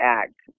act